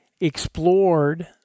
explored